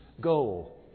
goal